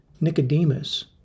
Nicodemus